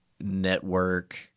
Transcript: network